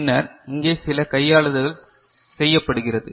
பின்னர் இங்கே சில கையாளுதல்கள் செய்யப்படுகிறது